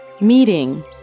Meeting